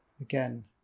again